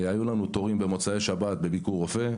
היו לנו תורים במוצאי שבת בביקור רופא,